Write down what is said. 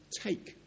take